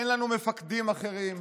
אין לנו מפקדים אחרים,